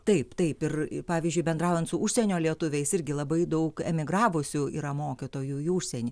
taip taip ir pavyzdžiui bendraujant su užsienio lietuviais irgi labai daug emigravusių yra mokytojų į užsienį